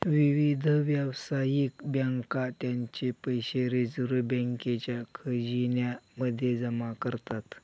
विविध व्यावसायिक बँका त्यांचे पैसे रिझर्व बँकेच्या खजिन्या मध्ये जमा करतात